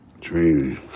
Training